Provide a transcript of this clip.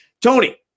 Tony